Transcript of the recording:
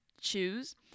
choose